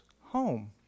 home